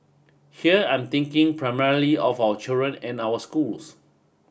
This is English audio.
here I'm thinking primarily of our children and our schools